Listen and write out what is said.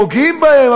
פוגעים בהם,